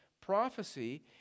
prophecy